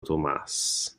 tomas